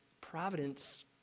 providence